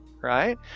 right